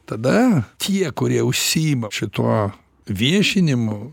tada tie kurie užsiima šituo viešinimu